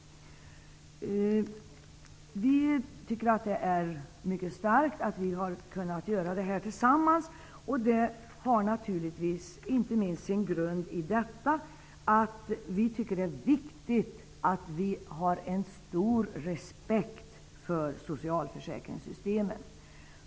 Vi ser det som en styrka att vi i utskottet har varit eniga, vilket inte minst har sin grund i att vi tycker att det är viktigt att visa stor respekt för socialförsäkringssystemen.